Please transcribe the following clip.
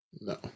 No